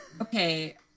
Okay